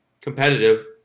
competitive